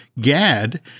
Gad